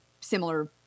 similar